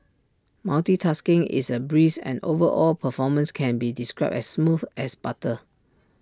multitasking is A breeze and overall performance can be described as smooth as butter